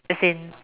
as in